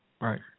Right